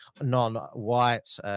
non-white